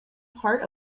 part